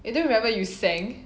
you don't remember you sang